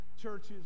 churches